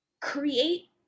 create